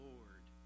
Lord